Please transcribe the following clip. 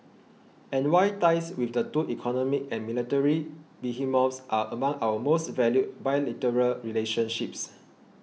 and why ties with the two economic and military behemoths are among our most valued bilateral relationships